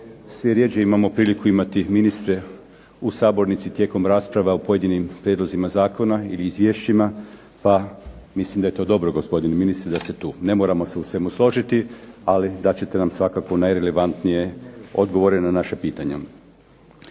Sve rjeđe imamo priliku imati ministre u sabornici tijekom rasprava o pojedinim prijedlozima zakona ili izvješćima, pa mislim da je to dobro gospodine ministre da se tu, ne moramo se u svemu složiti. Ali dat ćete nam svakako najrelevantnije odgovore na naše pitanje.